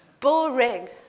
Boring